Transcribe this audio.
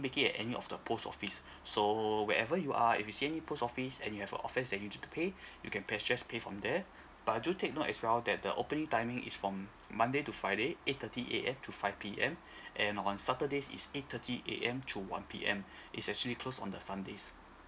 make it at any of the post office so wherever you are if you see any post office and you have a offence that you need to pay you can press just pay from there but do take note as well that the opening timing is from monday to friday eight thirty A_M to five P_M and on saturdays is eight thirty A_M to one P_M it's actually closed on the sundays